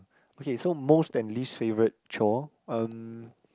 okay so most and least favourite chore um